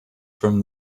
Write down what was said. from